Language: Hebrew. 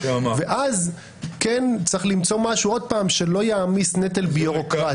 ואז כן צריך למצוא משהו שלא יעמיס נטל ביורוקרטי.